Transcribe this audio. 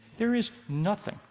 there is nothing,